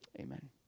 Amen